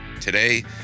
Today